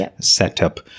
setup